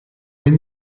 ben